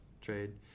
trade